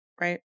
right